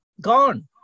Gone